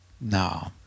No